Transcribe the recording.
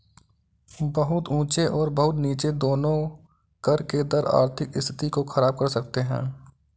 बहुत ऊँचे और बहुत नीचे दोनों कर के दर आर्थिक स्थिति को ख़राब कर सकते हैं